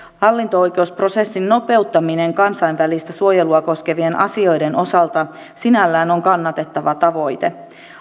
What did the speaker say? hallinto oikeusprosessin nopeuttaminen kansainvälistä suojelua koskevien asioiden osalta sinällään on kannatettava tavoite